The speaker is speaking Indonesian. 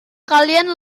kalian